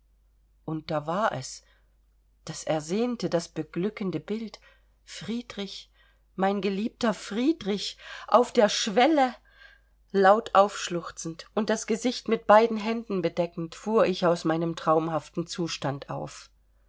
und da war es das ersehnte das beglückende bild friedrich mein geliebter friedrich auf der schwelle laut aufschluchzend und das gesicht mit beiden händen bedeckend fuhr ich aus meinem traumhaften zustand auf